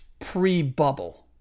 pre-bubble